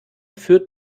führt